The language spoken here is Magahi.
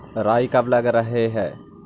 राई कब लग रहे है?